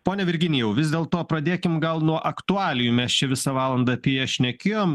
pone virginijau vis dėlto pradėkim gal nuo aktualijų mes čia visą valandą apie jas šnekėjom